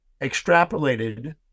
extrapolated